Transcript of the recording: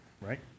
right